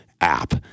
app